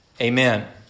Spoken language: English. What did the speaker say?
Amen